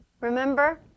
Remember